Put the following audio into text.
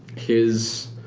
his,